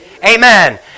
Amen